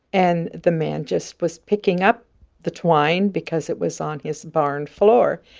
and the man just was picking up the twine, because it was on his barn floor,